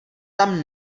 tam